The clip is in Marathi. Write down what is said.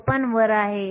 54 वर आहे